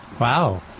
Wow